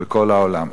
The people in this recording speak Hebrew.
בכל העולם.